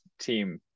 team